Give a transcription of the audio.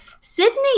Sydney